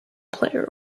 player